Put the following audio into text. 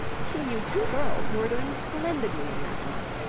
she knew two girls who were doing splendidly in that line.